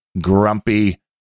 grumpy